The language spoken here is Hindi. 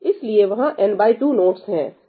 इसलिए वहां n2 नोडस हैं